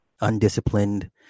undisciplined